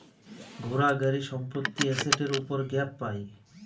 ঘোড়া, গাড়ি, সম্পত্তি এসেটের উপর গ্যাপ পাই